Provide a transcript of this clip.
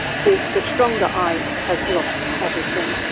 the the stronger eye has lost everything,